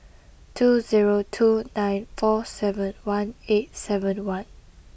two zero two nine four seven one eight seven one